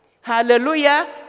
Hallelujah